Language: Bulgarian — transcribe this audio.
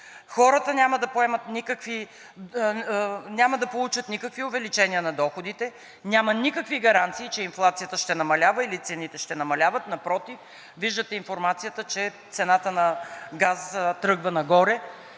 хората няма да получат никакви увеличения на доходите, няма никакви гаранции, че инфлацията ще намалява, че цените ще намаляват, напротив, виждате информацията, че цената на газа тръгва нагоре.